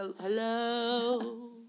Hello